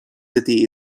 city